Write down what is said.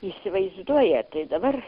įsivaizduojat tai dabar